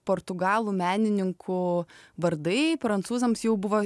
portugalų menininkų vardai prancūzams jau buvo